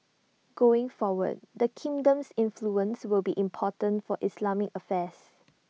going forward the kingdom's influence will be important for Islamic affairs